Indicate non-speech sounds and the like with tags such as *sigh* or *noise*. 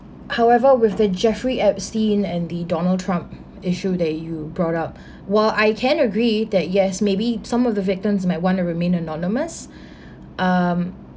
however with the jeffrey epstein and the donald trump issue that you brought up *breath* while I can agree that yes maybe some of the victims might want to remain anonymous *breath* um